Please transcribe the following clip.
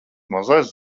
mazais